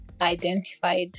identified